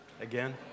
again